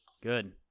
good